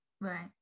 Right